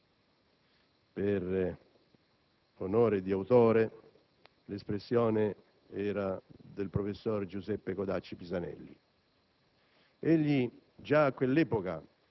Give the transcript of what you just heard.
Egli concludeva un suo comizio dicendo «Dobbiamo pensare alla riforma delle riforme, ovvero a realizzare l'Unione Europea»: